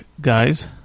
guys